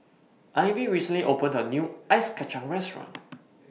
Ivie recently opened A New Ice Kachang Restaurant